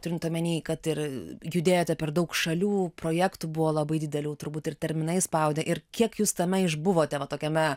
turint omeny kad ir judėjote per daug šalių projektų buvo labai didelių turbūt ir terminai spaudė ir kiek jūs tame išbuvote va tokiame